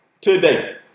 today